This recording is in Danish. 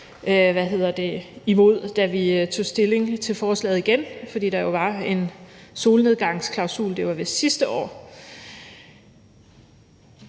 vi stemte også imod, da vi tog stilling til forslaget igen, fordi der jo var en solnedgangsklausul – det var vist sidste år.